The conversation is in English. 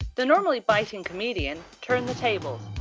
the normally biting comedian turned the tables.